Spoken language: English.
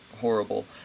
Horrible